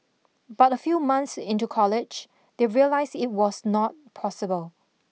but a few months into college they realised it was not possible